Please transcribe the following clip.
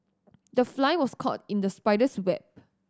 the fly was caught in the spider's web